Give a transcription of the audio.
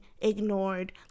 ignored